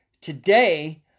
today